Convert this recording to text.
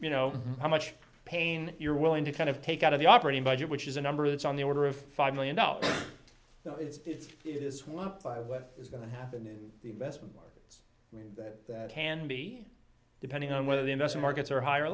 you know how much pain you're willing to kind of take out of the operating budget which is a number it's on the order of five million dollars so it's this one is going to happen in the best i mean that can be depending on whether the investor markets are higher